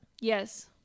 Yes